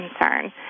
concern